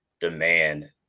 demand